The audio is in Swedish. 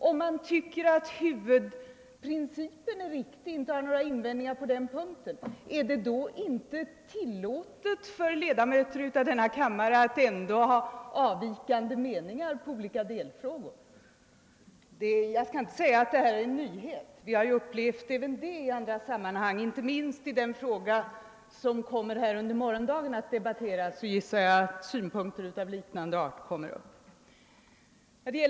Om man tycker att huvudprincipen är riktig och inte har några invändningar på den punkten, är det då inte tillåtet för en ledamot av denna kammare att ändå ha avvikande mening i olika delfrågor? Jag skall emellertid inte säga att statsrådets tankegång är en nyhet. Vi har ju upplevt den även i andra sammanhang. Inte minst i den fråga som skall debatteras här under morgondagen gissar jag att synpunkter av liknande art kommer att föras fram.